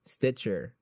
Stitcher